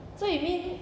so you mean